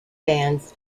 bands